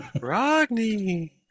Rodney